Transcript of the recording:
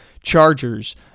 Chargers